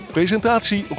Presentatie